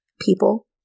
people